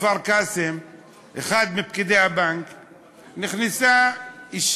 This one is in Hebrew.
נוספת שעמדה לנגד עינינו לאורך הדיונים